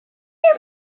here